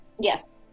Yes